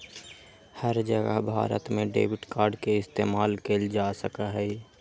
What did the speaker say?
हर जगह भारत में debit card के इस्तेमाल कइल जा सका हई